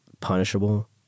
punishable